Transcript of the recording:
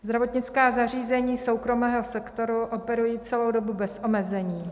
Zdravotnická zařízení soukromého sektoru operují celou dobu bez omezení.